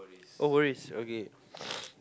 oh worries okay